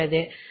50000 ரூபாய்